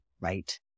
right